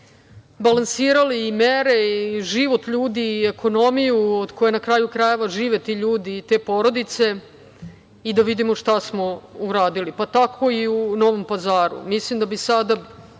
balansirali i mere i život ljudi, i ekonomiju od koje na kraju krajeva žive ti ljudi i te porodice i da vidimo šta smo uradili. Tako i u Novom Pazaru. Mislim da bi sada